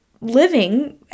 living